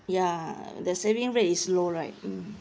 ya the saving rate is low right hmm